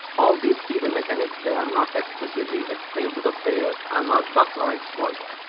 all these hidden mechanics that are not explicitly explained to the players are not bugs or exploits,